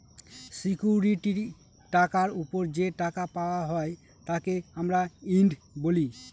security টাকার ওপর যে টাকা পাওয়া হয় তাকে আমরা ইল্ড বলি